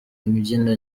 imbyino